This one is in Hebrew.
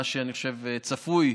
מה שאני חושב שהיה צפוי,